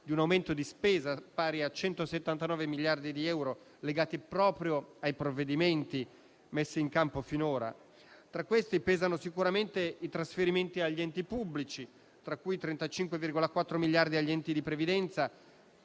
di un aumento di spesa, pari a 179 miliardi di euro, legato proprio ai provvedimenti messi in campo finora. Tra questi pesano sicuramente i trasferimenti agli enti pubblici, tra cui 35,4 miliardi agli enti di previdenza